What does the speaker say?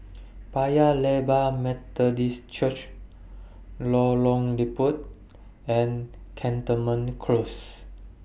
Paya Lebar Methodist Church Lorong Liput and Cantonment Close